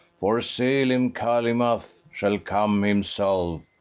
for selim calymath shall come himself,